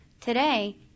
Today